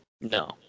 No